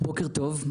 בוקר טוב.